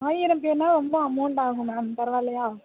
ஆயிரம் பேருன்னா ரொம்ப அமௌண்ட் ஆகும் மேம் பரவாலையா